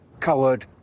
Coward